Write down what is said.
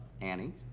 Annie